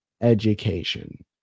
education